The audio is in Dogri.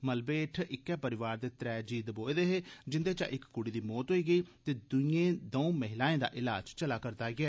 मलबे हेठ इक्कै परिवार दे त्रै जी दबोए दे हे जिन्दे चा इक कुड़ी दी मौत होई गेई ते दुईए द'ऊं दा इलाज चलै करदा ऐ